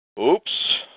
Oops